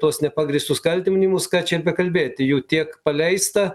tuos nepagrįstus kaltinimus ką čia bekalbėti jų tiek paleista